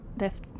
left